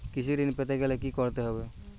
কৃষি ঋণ পেতে গেলে কি করতে হবে?